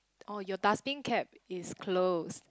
oh your dustbin cap is closed